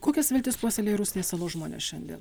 kokias viltis puoselėja rusnės salos žmonės šiandien